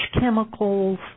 chemicals